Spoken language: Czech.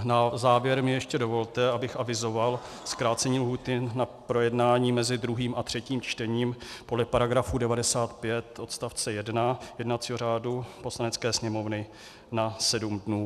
Na závěr mi ještě dovolte, abych avizoval zkrácení lhůty na projednání mezi druhým a třetím čtením podle § 95 odst. 1 jednacího řádu Poslanecké sněmovny na sedm dnů.